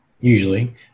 usually